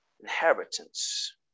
inheritance